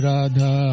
Radha